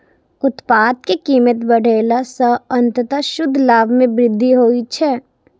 उत्पाद के कीमत बढ़ेला सं अंततः शुद्ध लाभ मे वृद्धि होइ छै